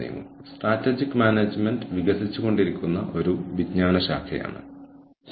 എന്താണ് strategic human resource management